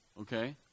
okay